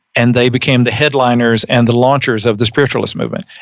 and they became the headliners and the launchers of the spiritualist movement.